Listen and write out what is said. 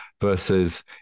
versus